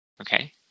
Okay